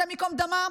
השם ייקום דמה,